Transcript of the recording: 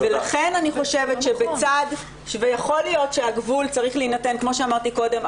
כמו שאמרתי קודם,